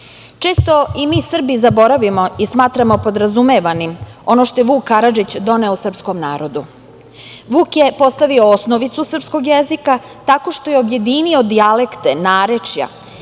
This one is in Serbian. i mi Srbi zaboravimo i smatramo podrazumevanim ono što je Vuk Karadžić doneo srpskom narodu. Vuk je postavio osnovicu srpskog jezika tako što je objedinio dijalekte, narečja